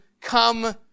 come